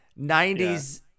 90s